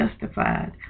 justified